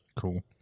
Cool